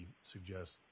suggest